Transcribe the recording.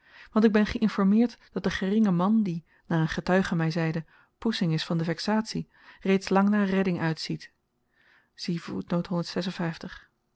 want ik ben geïnformeerd dat de geringe man die naar een getuige my zeide poessing is van de vexatie reeds lang naar redding uitziet